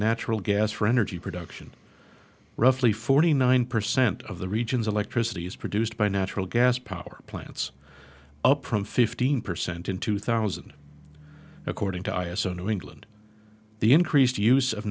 natural gas for energy production roughly forty nine percent of the region's electricity is produced by natural gas power plants up from fifteen percent in two thousand according to iowa so new england the increased use of